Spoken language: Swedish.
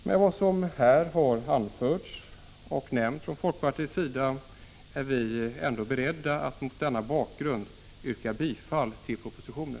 Med vad som här anförts från folkpartiets sida är vi ändå beredda att yrka bifall till propositionen.